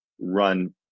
run